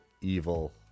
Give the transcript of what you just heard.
evil